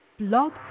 Blog